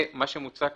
ומה שמוצע כאן,